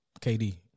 KD